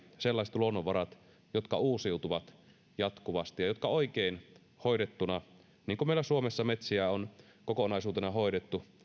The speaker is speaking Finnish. sellaiset luonnonvarat jotka uusiutuvat jatkuvasti ja jotka oikein hoidettuina niin kuin meillä suomessa metsiä on kokonaisuutena hoidettu